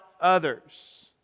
others